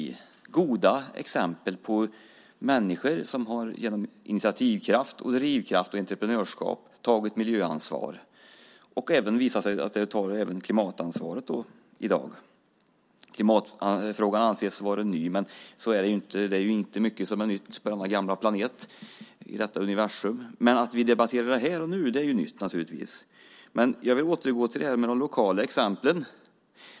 Det är goda exempel på människor som genom initiativkraft, drivkraft och entreprenörskap har tagit miljöansvar och, har det visat sig, även klimatansvar. Klimatfrågan anses vara ny, men så är det ju inte. Det är inte mycket som är nytt på denna gamla planet och i detta universum, men att vi debatterar frågan här och nu är naturligtvis nytt. Jag vill återgå till de lokala exemplen.